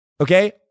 Okay